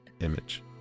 image